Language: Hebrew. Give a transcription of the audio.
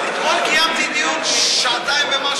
אתמול קיימתי דיון, שעתיים ומשהו.